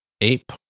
Ape